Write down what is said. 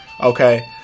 okay